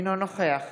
אינו נוכח